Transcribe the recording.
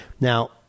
Now